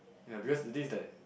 ya because is this that